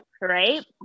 right